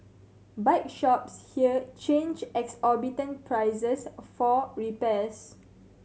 bike shops here charge exorbitant prices for repairs